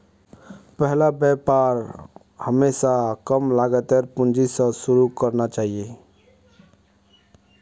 पहला व्यापार हमेशा कम लागतेर पूंजी स शुरू करना चाहिए